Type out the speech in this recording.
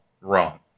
Wrong